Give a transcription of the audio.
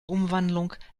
umwandlung